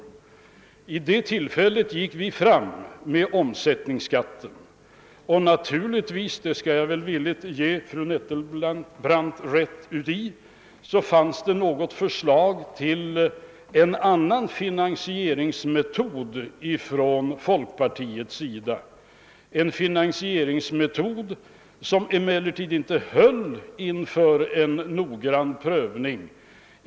Vid det tillfället gick vi fram med förslag om omsättningsskatten och naturligtvis — det skall jag villigt ge fru Nettelbrandt rätt i — fanns det något förslag till en annan finansieringsmetod ifrån folkpartiets sida, en finansieringsmetod, som emellertid inte höll inför en noggrann prövning.